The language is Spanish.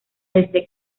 desde